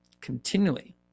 continually